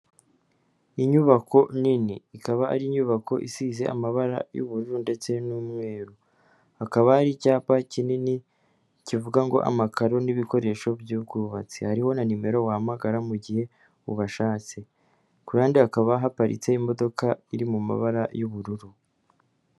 Inyubako nini ikaba ari inyubako isize amabara y'ubururu ndetse n'umweru, hakaba hari icyapa kinini kivuga ngo ''Amakaro n'ibikoresho by'ubwubatsi.'' Hariho na nimero wahamagara mu gihe ubashatse, ku ruhande hakaba haparitse imodoka iri mu mabara y'ubururu.